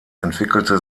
entwickelte